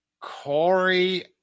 Corey